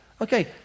okay